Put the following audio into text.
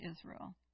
Israel